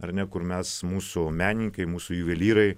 ar ne kur mes mūsų menininkai mūsų juvelyrai